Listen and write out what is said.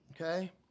Okay